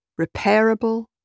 repairable